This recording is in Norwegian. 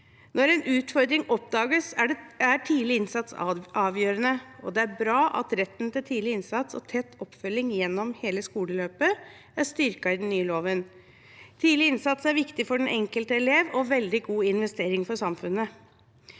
Når en utfordring oppdages, er tidlig innsats avgjørende. Det er bra at retten til tidlig innsats og tett oppfølging gjennom hele skoleløpet er styrket i den nye loven. Tidlig innsats er viktig for den enkelte elev og en veldig god investering for samfunnet.